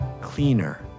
cleaner